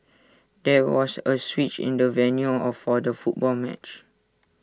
there was A switch in the venue or for the football match